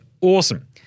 Awesome